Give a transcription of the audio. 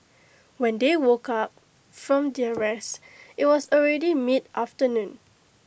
when they woke up from their rest IT was already mid afternoon